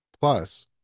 Plus